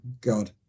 God